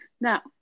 Now